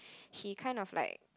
he kind of like